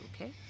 okay